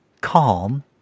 calm